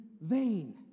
vain